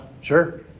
Sure